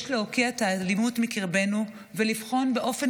יש להוקיע את האלימות בקרבנו ולבחון באופן